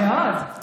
מאוד.